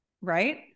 right